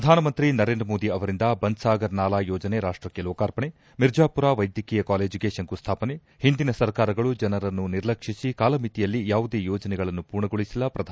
ಪ್ರಧಾನಮಂತ್ರಿ ನರೇಂದ್ರ ಮೋದಿ ಅವರಿಂದ ಬನ್ನಾಗರ್ ನಾಲಾ ಯೋಜನೆ ರಾಷ್ಷಕ್ಕೆ ಲೋಕಾರ್ಪಣೆ ಮಿರ್ಜಾಪುರ ವ್ಲೆದ್ಧಕೀಯ ಕಾಲೇಜಿಗೆ ಶಂಕು ಸ್ಥಾಪನೆ ಹಿಂದಿನ ಸರ್ಕಾರಗಳು ಜನರನ್ನು ನಿರ್ಲಕ್ಷಿಸಿ ಕಾಲಮಿತಿಯಲ್ಲಿ ಯಾವುದೇ ಯೋಜನೆಗಳನ್ನು ಪೂರ್ಣಗೊಳಿಸಿಲ್ಲ ಪ್ರಧಾನಿ ಆರೋಪ